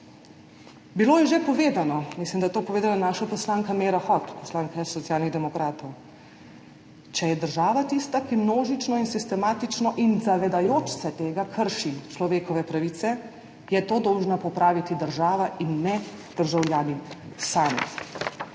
bilo je že povedano, mislim, da je to povedala naša poslanka Meira Hot, poslanka Socialnih demokratov. Če je država tista, ki množično in sistematično in zavedajoč se tega krši človekove pravice, je to dolžna popraviti država in ne državljani sami.